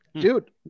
Dude